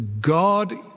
God